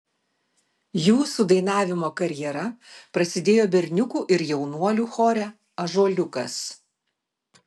jūsų dainavimo karjera prasidėjo berniukų ir jaunuolių chore ąžuoliukas